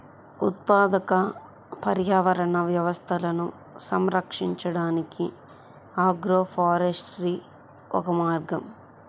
ఉత్పాదక పర్యావరణ వ్యవస్థలను సంరక్షించడానికి ఆగ్రోఫారెస్ట్రీ ఒక మార్గం